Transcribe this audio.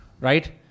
Right